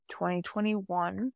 2021